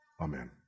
Amen